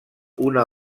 una